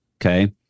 okay